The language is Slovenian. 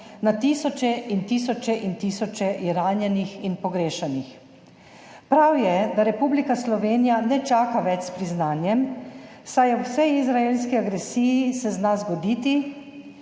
na tisoče in tisoče in tisoče ranjenih in pogrešanih. Prav je, da Republika Slovenija ne čaka več s priznanjem, saj se ob vsej izraelski agresiji zna zgoditi,